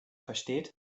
versteht